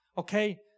Okay